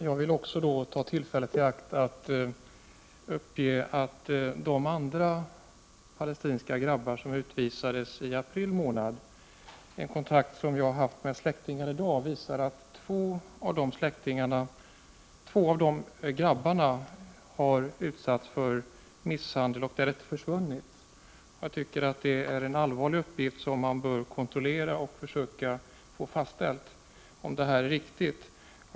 Herr talman! Jag vill ta tillfället i akt och påminna om en utvisning av några palestinska grabbar i april. Enligt den kontakt som jag haft med pojkarnas släktingar i dag har två av de utvisade grabbarna utsatts för misshandel och därefter försvunnit. Jag tycker att det är en allvarlig uppgift, som man bör kontrollera för att försöka få fastställt om den är riktig.